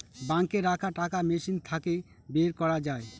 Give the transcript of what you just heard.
বাঙ্কে রাখা টাকা মেশিন থাকে বের করা যায়